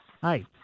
Hi